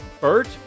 bert